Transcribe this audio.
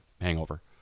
Hangover